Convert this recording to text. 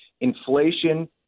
inflation